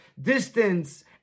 distance